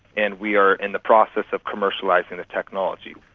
and we are in the process of commercialising the technology.